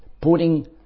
putting